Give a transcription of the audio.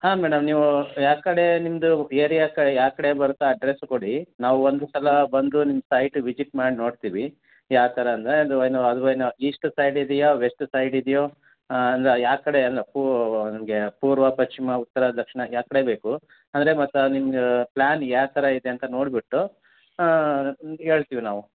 ಹಾಂ ಮೇಡಮ್ ನೀವೂ ಯಾವ ಕಡೆ ನಿಮ್ಮದು ಏರ್ಯಾ ಕ ಯಾ ಕಡೆ ಬರುತ್ತೆ ಅಡ್ರಸ್ ಕೊಡಿ ನಾವು ಒಂದು ಸಲ ಬಂದು ನಿಮ್ಮ ಸೈಟ್ ವಿಜಿಟ್ ಮಾಡಿ ನೋಡ್ತೀವಿ ಯಾವ ಥರ ಅಂದರೆ ಅದು ಏನು ಅದು ಏನು ಈಷ್ಟು ಸೈಡ್ ಇದಿಯಾ ವೆಸ್ಟ್ ಸೈಡ್ ಇದಿಯೋ ಅಂದರೆ ಯಾ ಕಡೆ ಅದು ಫೂ ನಿಮಗೆ ಪೂರ್ವ ಪಚ್ಚಿಮ ಉತ್ತರ ದಕ್ಷಿಣ ಯಾವ ಕಡೆ ಬೇಕು ಅಂದರೆ ಮತ್ತೆ ನಿಮ್ದ ಪ್ಲ್ಯಾನ್ ಯಾವ ಥರ ಇದೆ ಅಂತ ನೋಡ್ಬಿಟ್ಟು ನಿಮ್ಗ ಹೇಳ್ತಿವಿ ನಾವು